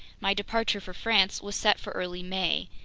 my departure for france was set for early may.